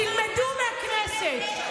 תלמדו מהכנסת.